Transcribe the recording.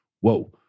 whoa